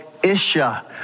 isha